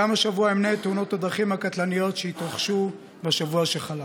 גם השבוע אמנה את תאונות הדרכים הקטלניות שהתרחשו בשבוע שחלף.